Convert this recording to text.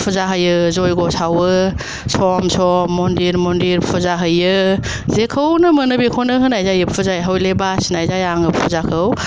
फुजा होयो जयग' सावो सम सम मन्दिर मन्दिर फुजा हैयो जेखौनो मोनो बेखौनो होनाय जायो फुजाया हले बासिनाय जाया आङो फुजाखौ